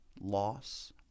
loss